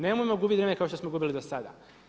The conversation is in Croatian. Nemojmo gubiti vrijeme kao što smo gubili do sada.